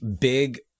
big